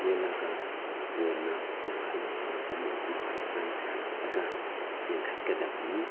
ꯆꯦꯜꯂꯒ ꯀꯣꯟꯅ ꯌꯥꯡꯈꯠꯂꯛꯄ ꯑꯃꯗꯤ ꯍꯛꯆꯥꯡ ꯁꯥꯒꯠꯂꯒ ꯆꯦꯟꯈꯠꯀꯗꯕꯅꯤ